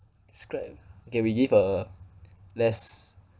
describe a okay we give a less